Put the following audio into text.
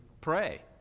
pray